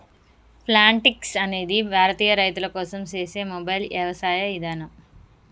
Plantix అనేది భారతీయ రైతుల కోసం సేసే మొబైల్ యవసాయ ఇదానం